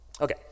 Okay